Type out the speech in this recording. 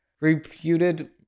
reputed